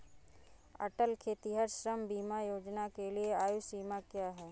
अटल खेतिहर श्रम बीमा योजना के लिए आयु सीमा क्या है?